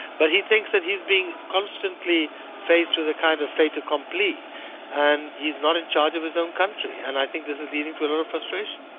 but he thinks that he's being constantly faced with a kind of fait accompli and he's not in charge of his own country, and i think this is leading to a lot and of frustration.